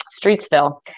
streetsville